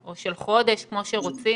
או של חודש, כמו שרוצים?